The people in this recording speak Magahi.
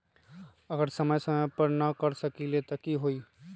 अगर समय समय पर न कर सकील त कि हुई?